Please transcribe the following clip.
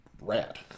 rad